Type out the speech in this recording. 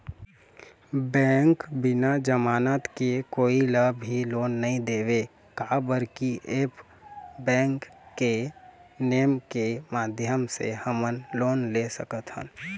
Bank बिना जमानत के कोई ला भी लोन नहीं देवे का बर की ऐप बैंक के नेम के माध्यम से हमन लोन ले सकथन?